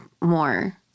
more